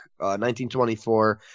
1924